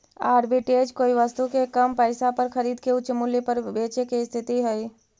arbitrage कोई वस्तु के कम पईसा पर खरीद के उच्च मूल्य पर बेचे के स्थिति हई